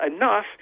enough